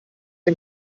den